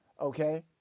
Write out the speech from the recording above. okay